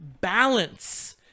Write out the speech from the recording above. Balance